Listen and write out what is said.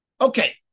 Okay